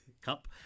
Cup